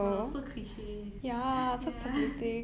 !wow! so cliche ya so they cannot eh I think like the most